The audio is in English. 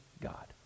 God